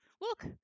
Look